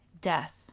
death